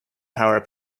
power